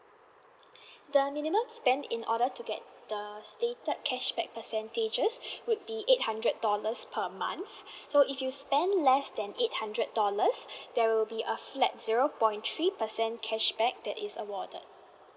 the minimum spend in order to get the stated cashback percentages would be eight hundred dollars per month so if you spend less than eight hundred dollars there will be a flat zero point three percent cashback that is awarded